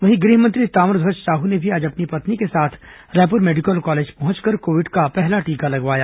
वहीं गृह मंत्री ताम्रध्वज साहू ने भी आज अपनी पत्नी के साथ रायपुर मेडिकल कॉलेज पहुंचकर कोविड का पहला टीका लगवाया